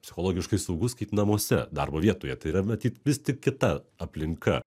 psichologiškai saugus kaip namuose darbo vietoje tai yra matyt vis tik kita aplinka